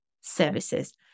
services